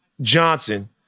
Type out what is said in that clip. Johnson